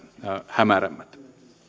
hämärämmät